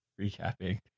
recapping